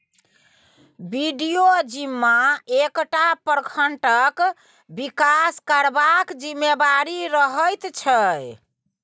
BDO जिम्मा एकटा प्रखंडक बिकास करबाक जिम्मेबारी रहैत छै